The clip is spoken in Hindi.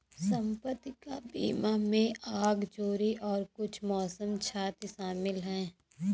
संपत्ति का बीमा में आग, चोरी और कुछ मौसम क्षति शामिल है